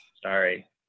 sorry